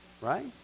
Right